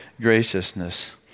graciousness